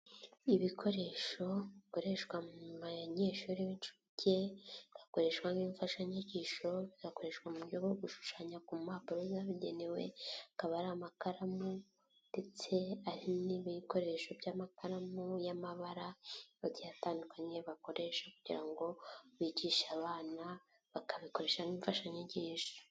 Ibikoresho bikoreshwa mu banyeshuri b'incuke, byakoreshwa nk'imfashanyigisho, bigakoreshwa mu buryo bwo gushushanya ku mpapuro zabigenewe akaba ari amakaramu ndetse n'ibikoresho by'amakaramu y'amabara agiye atandukanye bakoresha kugira ngo bigishe abana bakabikoresha n'imfashanyigisho.